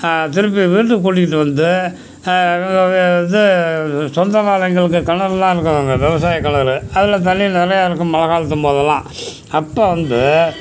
திருப்பி வீட்டுக் கூட்டிகிட்டு வந்து இது சொந்தக்காரங்களுக்கு கிணறுலாம் இருக்கும் அங்கே விவசாய கிணறு அதில் தண்ணியில் நிறையா இருக்கும் மழைக் காலத்தும் போதெல்லாம் அப்போ வந்து